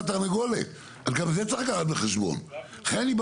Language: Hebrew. אני מסכים.